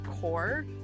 core